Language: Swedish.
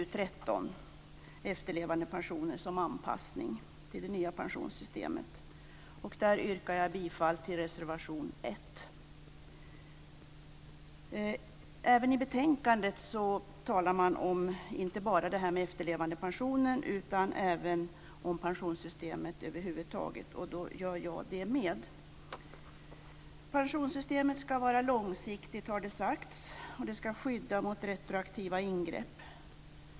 13 om efterlevandepensioner som anpassning till det nya pensionssystemet yrkar jag bifall till reservation 1. I betänkandet berörs inte bara efterlevandepensionerna utan även pensionssystemet över huvud taget, och även jag avser att göra det. Det har sagts att pensionssystemet ska vara långsiktigt och ska skydda mot retroaktiva ingrepp.